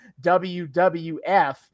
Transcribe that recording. WWF